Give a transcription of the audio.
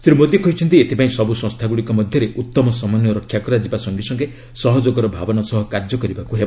ଶ୍ରୀ ମୋଦୀ କହିଛନ୍ତି ଏଥିପାଇଁ ସବୁ ସଂସ୍ଥାଗୁଡ଼ିକ ମଧ୍ୟରେ ଉତ୍ତମ ସମନ୍ୱୟ ରକ୍ଷା କରାଯିବା ସଙ୍ଗେ ସଙ୍ଗେ ସହଯୋଗର ଭାବନା ସହ କାର୍ଯ୍ୟ କରିବାକୁ ହେବ